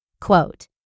Quote